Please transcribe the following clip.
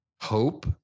hope